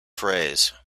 phrase